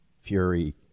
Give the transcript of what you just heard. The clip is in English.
fury